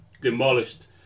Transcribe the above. demolished